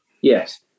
Yes